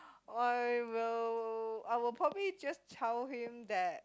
I will I will probably just tell him that